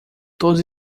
todos